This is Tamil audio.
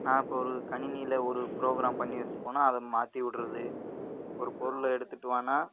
நான் இப்போ ஒரு கணினியில் ஒரு ப்ரோகிராம் பண்ணி வச்சிட்டு போனால் அதை மாற்றி விட்றது ஒரு பொருளை எடுத்துட்டு வான்னா